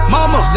Mama